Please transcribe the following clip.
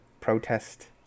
protest